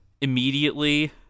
immediately